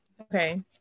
Okay